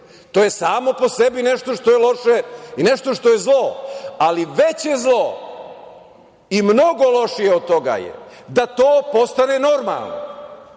je samo po sebi nešto što je loše, nešto što je zlo, ali veće zlo i mnogo lošije od toga je da to postane normalno